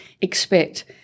expect